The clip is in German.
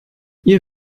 ihr